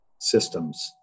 systems